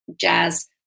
jazz